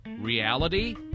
reality